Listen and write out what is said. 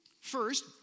first